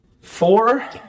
Four